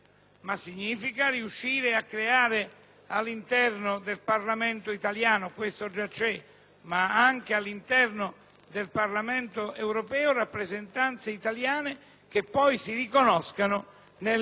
all'interno del Parlamento italiano - anche all'interno del Parlamento europeo rappresentanze italiane che poi si riconoscano nelle grandi famiglie europee.